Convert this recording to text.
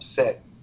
upset